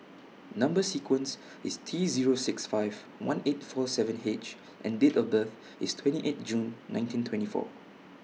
Number sequence IS T Zero six five one eight four seven H and Date of birth IS twenty eight June nineteen twenty four